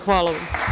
Hvala.